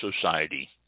Society